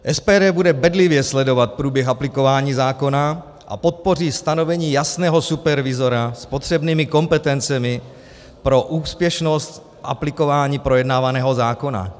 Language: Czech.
SPD bude bedlivě sledovat průběh aplikování zákona a podpoří stanovení jasného supervizora s potřebnými kompetencemi pro úspěšnost aplikování projednávaného zákona.